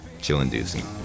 chill-inducing